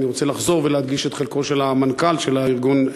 אני רוצה לחזור ולהדגיש את חלקו של המנכ"ל של הארגון,